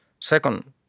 Second